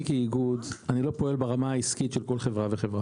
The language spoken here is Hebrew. כאיגוד, לא פועל ברמה העסקית של כל חברה וחברה.